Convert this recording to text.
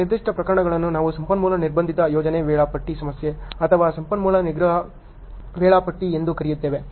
ಆ ನಿರ್ದಿಷ್ಟ ಪ್ರಕರಣಗಳನ್ನು ನಾವು ಸಂಪನ್ಮೂಲ ನಿರ್ಬಂಧಿತ ಯೋಜನೆ ವೇಳಾಪಟ್ಟಿ ಸಮಸ್ಯೆ ಅಥವಾ ಸಂಪನ್ಮೂಲ ನಿಗ್ರಹ ವೇಳಾಪಟ್ಟಿ ಎಂದು ಕರೆಯುತ್ತೇವೆ